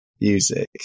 music